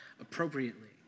appropriately